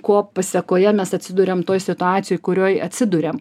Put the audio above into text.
ko pasekoje mes atsiduriam toj situacijoj kurioj atsiduriam